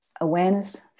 awareness